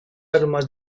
armas